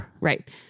Right